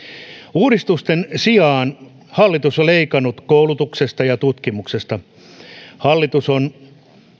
uudistusten sijasta hallitus on leikannut koulutuksesta ja tutkimuksesta hallitus on